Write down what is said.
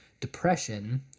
depression